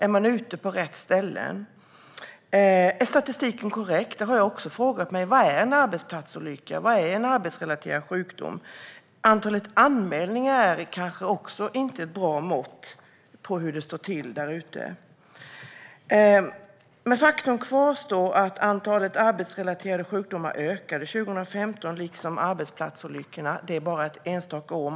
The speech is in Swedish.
Är man ute på rätt ställen? Är statistiken korrekt? Det har jag också frågat mig. Vad är en arbetsplatsolycka? Vad är en arbetsrelaterad sjukdom? Antalet anmälningar är kanske inte heller ett bra mått på hur det står till där ute. Men faktum kvarstår. Antalet arbetsrelaterade sjukdomar ökade 2015, liksom arbetsplatsolyckorna. Det är bara ett enstaka år.